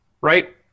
right